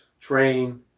train